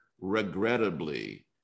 regrettably